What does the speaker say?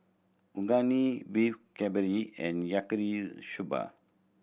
Unagi Beef Galbi and Yaki soba